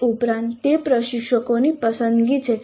તે ઉપરાંત તે પ્રશિક્ષકોની પસંદગી છે